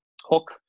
hook